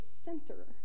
center